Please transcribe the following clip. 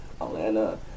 Atlanta